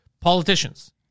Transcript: politicians